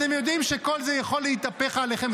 אתם יודעים שכל זה יכול להתהפך עליכם?